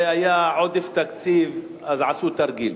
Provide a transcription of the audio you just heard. זה, היה עודף תקציב אז עשו תרגיל.